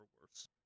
worse